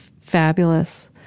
fabulous